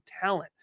talent